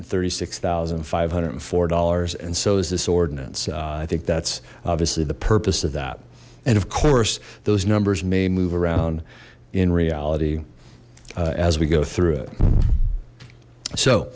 and thirty six thousand five hundred and four dollars and so is this ordinance i think that's obviously the purpose of that and of course those numbers may move around in reality as we go through